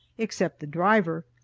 except the driver,